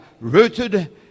rooted